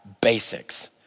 basics